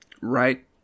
right